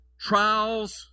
trials